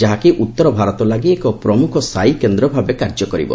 ଯାହାକି ଉତ୍ତର ଭାରତ ଲାଗି ଏକ ପ୍ରମୁଖ ସାଇ କେନ୍ଦ୍ର ଭାବେ କାର୍ଯ୍ୟ କରିବ